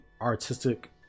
artistic